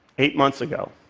eight months ago.